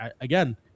again